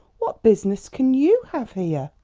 what business can you have here?